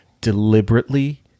deliberately